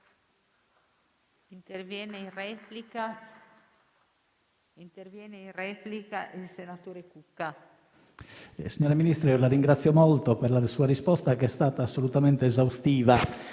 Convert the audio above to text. intervenire in replica il senatore Cucca,